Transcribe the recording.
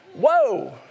Whoa